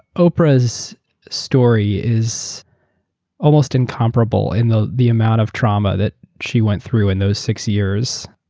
oprah's story is almost incomparable in the the amount of trauma that she went through in those six years.